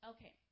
Okay